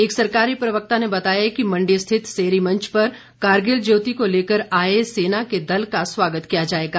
एक सरकारी प्रवक्ता ने बताया कि मण्डी स्थित सेरी मंच पर कारगिल ज्योति को लेकर आए सेना के दल का स्वागत किया जाएगा